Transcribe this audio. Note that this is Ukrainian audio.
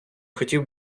хотів